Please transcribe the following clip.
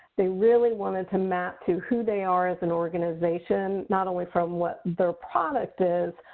they really wanted to map to who they are as an organization, not only from what their product is,